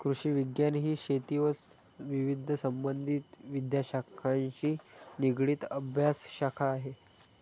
कृषिविज्ञान ही शेती व विविध संबंधित विद्याशाखांशी निगडित अभ्यासशाखा आहे